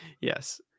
Yes